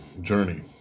journey